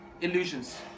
illusions